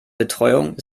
betreuung